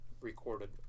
recorded